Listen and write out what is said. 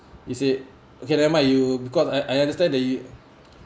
he said okay never mind you because I I understand the